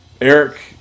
Eric